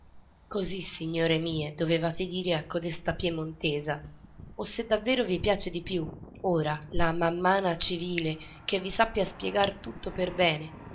così signore miei dovevate dire a codesta piemontesa o se davvero vi piace di più ora la mammana civile che vi sappia spiegar tutto bene